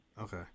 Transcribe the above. okay